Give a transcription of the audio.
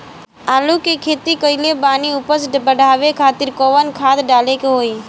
आलू के खेती कइले बानी उपज बढ़ावे खातिर कवन खाद डाले के होई?